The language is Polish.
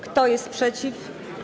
Kto jest przeciw?